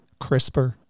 crispr